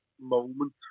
moment